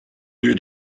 lieu